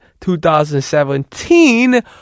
2017